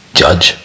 judge